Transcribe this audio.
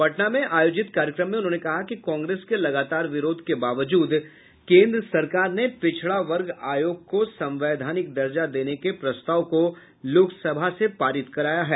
पटना में आयोजित कार्यक्रम में उन्होंने कहा कि कांग्रेस के लगातार विरोध के बावजूद केंद्र सरकार ने पिछड़ा वर्ग आयोग को संवैधानिक दर्जा देने के प्रस्ताव को लोकसभा से पारित कराया है